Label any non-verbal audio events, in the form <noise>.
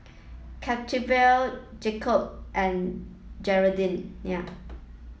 Cetaphil <unintelligible> Jacob's and Gardenia